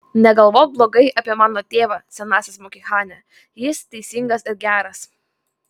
negalvok blogai apie mano tėvą senasis mohikane jis teisingas ir geras